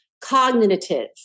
cognitive